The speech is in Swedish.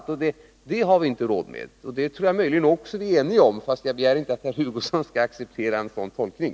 Så stora belopp har vi inte råd med. Det tror jag också att vi är eniga om, men jag begär inte att Kurt Hugosson skall acceptera en sådan tolkning.